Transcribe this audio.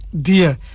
dear